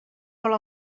vol